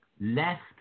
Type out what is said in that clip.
left